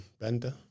Bender